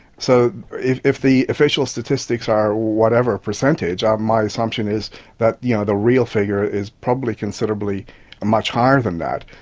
so if if the official statistics are whatever percentage, ah my assumption is that yeah the real figure is probably considerably much higher than that.